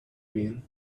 been